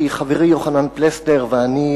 כי חברי חבר הכנסת יוחנן פלסנר ואני,